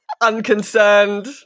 Unconcerned